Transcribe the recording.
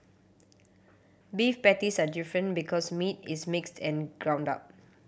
beef patties are different because meat is mixed and ground up